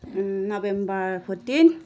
November fourteen